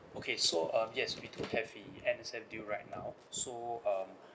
okay so um yes we do have the N_S_F deal right now so um